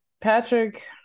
Patrick